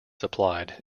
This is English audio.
supplied